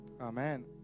Amen